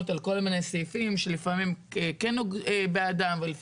לכל מי שעושה את זה כל כך הרבה זמן ונלחם שכם אל שכם.